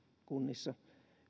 kunnissa